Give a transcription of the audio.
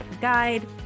guide